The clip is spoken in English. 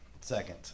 Second